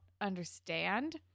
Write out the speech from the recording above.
understand